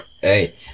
Hey